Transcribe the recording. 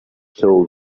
told